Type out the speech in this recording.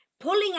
pulling